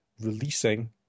releasing